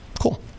Cool